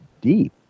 deep